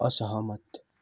असहमत